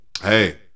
Hey